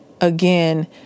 again